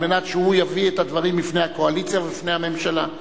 מנת שהוא יביא את הדברים בפני הקואליציה ובפני הממשלה.